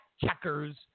checkers